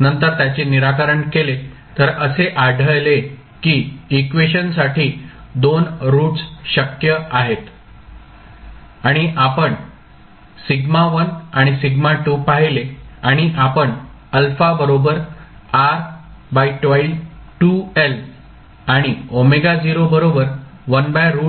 नंतर त्याचे निराकरण केले तर असे आढळले की इक्वेशनसाठी दोन रूट्स शक्य आहेत आणि आपण σ1 आणि σ2 पाहिले आणि आपण α आणि असे गृहित धरले